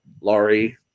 Laurie